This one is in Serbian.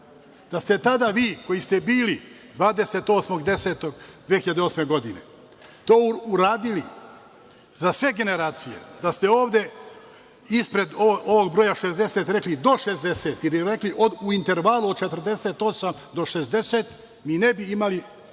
Da ste tada vi koji ste bili 28. oktobra 2008. godine to uradili za sve generacije, da ste ovde ispred ovog broja 60 rekli – do 60, ili rekli – u intervalu od 48 do 60, mi ne bi imali